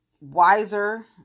wiser